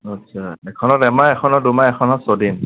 আচ্ছা এখনত এমাহ এখনত দুমাহ এখনত ছদিন